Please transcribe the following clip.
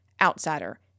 Outsider